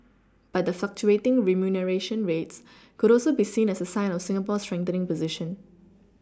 but the fluctuating remuneration rates could also be seen as a sign of Singapore's strengthening position